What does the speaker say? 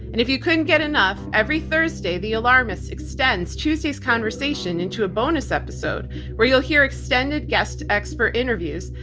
and if you couldn't get enough every thursday, the alarmists extends tuesday's conversation into a bonus episode where you'll hear extended guest expert interviews,